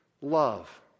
love